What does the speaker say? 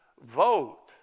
vote